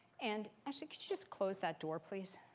and, ashley, could you just close that door, please?